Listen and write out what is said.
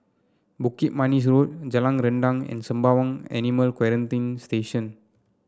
Bukit Manis Road Jalan Rendang and Sembawang Animal Quarantine Station